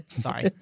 Sorry